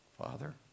Father